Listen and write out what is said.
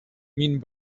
mean